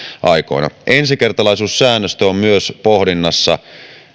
aikoina ensikertalaisuussäännöstö on myös pohdinnassa